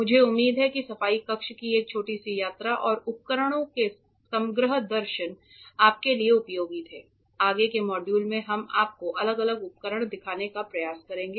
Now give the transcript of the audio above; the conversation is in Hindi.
मुझे उम्मीद है कि सफाई कक्ष की एक छोटी सी यात्रा और उपकरणों के समग्र दृश्य आपके लिए उपयोगी थे आगे के मॉड्यूल में हम आपको अलग अलग उपकरण दिखाने का प्रयास करेंगे